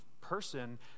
person